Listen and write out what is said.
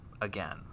again